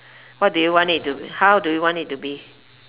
what do you want it to how do you want it to be